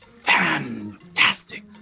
Fantastic